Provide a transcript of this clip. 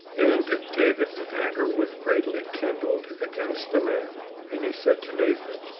and david's anger was greatly kindled against the man and he said to nathan,